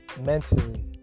mentally